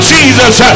Jesus